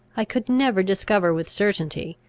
i could never discover with certainty,